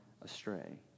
astray